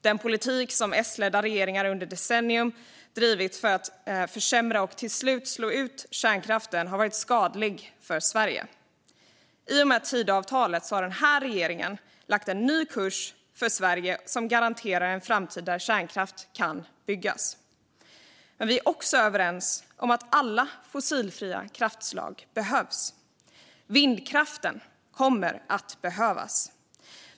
Den politik som S-ledda regeringar under decennier drivit för att försämra och till slut slå ut kärnkraften har varit skadlig för Sverige. I och med Tidöavtalet har den här regeringen lagt en ny kurs för Sverige, som garanterar en framtid där kärnkraft kan byggas. Men vi är också överens om att alla fossilfria kraftslag behövs. Vindkraften kommer att behövas.